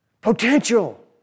Potential